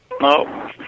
No